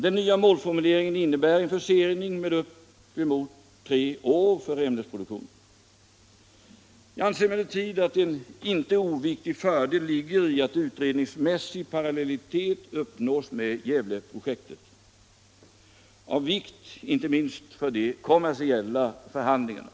Den nya målformuleringen innebär en försening på uppemot tre år för ämnesproduktionen. Jag anser emellertid en inte viktig fördel vara att utredningsmässigparallellitet uppnås med Gävleprojektet, något som är av vikt inte minst för de kommersiella förhandlingarna.